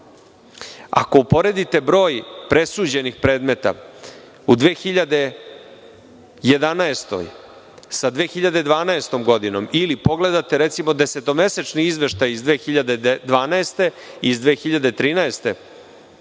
Ako uporedite broj presuđenih predmeta u 2011. sa 2012. godinom, ili pogledate desetomesečni izveštaj iz 2012. godine i iz 2013. godine,